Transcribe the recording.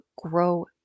grow